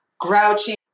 grouchy